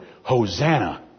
Hosanna